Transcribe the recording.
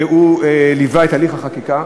והוא ליווה את תהליך החקיקה,